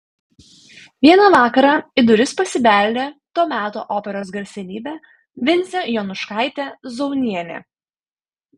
vieną vakarą į duris pasibeldė to meto operos garsenybė vincė jonuškaitė zaunienė